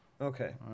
Okay